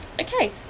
okay